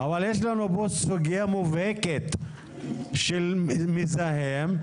אבל יש לנו פה סוגייה מובהקת של מזהם,